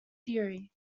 theory